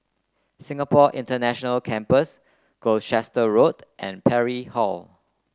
Singapore International Campus Gloucester Road and Parry Hall